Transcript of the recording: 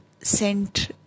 sent